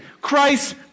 Christ